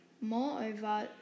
Moreover